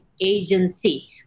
agency